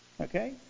Okay